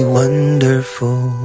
wonderful